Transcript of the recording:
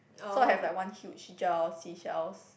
so I have like one huge jar of seashells